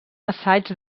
assaig